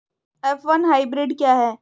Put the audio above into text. F one hybrid क्या है?